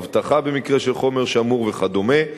אבטחה במקרה של חומר שמור וכדומה,